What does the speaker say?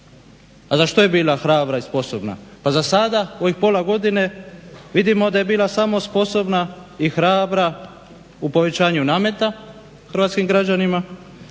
A za što je bila hrabra i sposobna? Pa zasada, u ovih pola godine, vidimo da je bila samo sposobna i hrabra u povećanju nameta hrvatskim građanima,